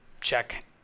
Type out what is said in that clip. check